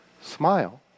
Smile